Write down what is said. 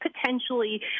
potentially